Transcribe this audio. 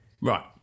Right